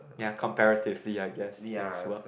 ya comparatively I guess things work